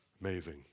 Amazing